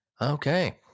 Okay